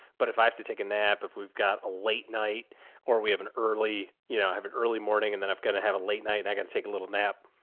but if i have to take a nap, if we've got a late night or we have an early, you know have an early morning and then i've got to have a late night and i got to take a little nap.